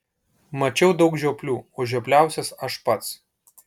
mačiau daug žioplių o žiopliausias aš pats